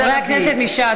חברי הכנסת מש"ס,